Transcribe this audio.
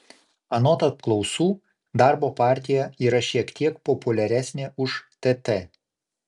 anot apklausų darbo partija yra šiek tiek populiaresnė už tt